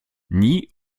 nie